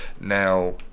Now